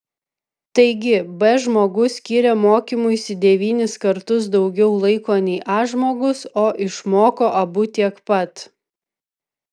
taigi b žmogus skyrė mokymuisi devynis kartus daugiau laiko nei a žmogus o išmoko abu tiek pat